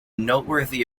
noteworthy